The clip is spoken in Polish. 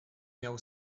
miał